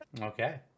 Okay